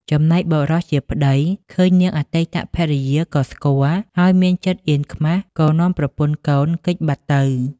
ចំណែកបុរសជាប្តីឃើញនាងអតីតភរិយាក៏ស្គាល់ ហើយមានចិត្តអៀនខ្មាស់ក៏នាំប្រពន្ធកូនគេចបាត់ទៅ។